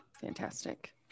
Fantastic